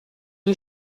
lui